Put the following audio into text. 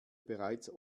bereits